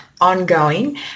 ongoing